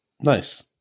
Nice